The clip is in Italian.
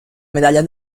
medaglia